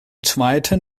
zweiten